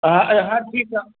हा हा ठीकु आहे